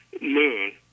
moon